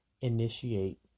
initiate